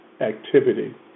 activity